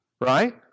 Right